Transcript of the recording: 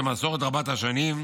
כמסורת רבת-השנים,